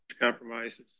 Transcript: compromises